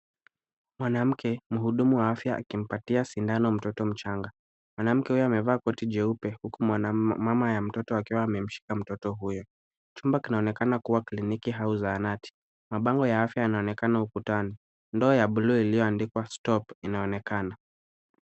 Mwanamke mhudumu wa afya akimpatia sindano mtoto mchanga. Mwanamke huyu amevaa koti jeupe huku mama ya mtoto akiwa amemshika mtoto huyo. Chumba kinaonekana kliniki au zahanati. Mabango ya afya yanaonekana ukutani. Ndoo ya buluu iliyoandikwa stop inaonekana.